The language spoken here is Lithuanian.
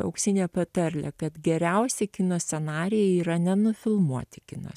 auksinė patarlė kad geriausi kino scenarijai yra nenufilmuoti kino